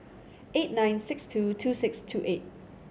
eight nine six two two six two eight